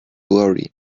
worry